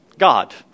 God